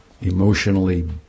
emotionally